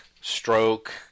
stroke –